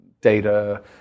data